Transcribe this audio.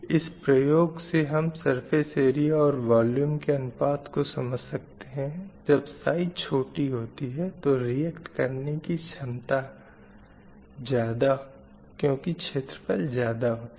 इस प्रयोग से हम surface area और वॉल्यूम के अनुपात को समझ सकते हैं जब साइज़ छोटी होती है तो react करने की क्षमता ज़्यादा क्यूँकि छेत्रफल ज़्यादा होता है